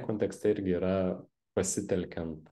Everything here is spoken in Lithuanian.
kontekste irgi yra pasitelkiant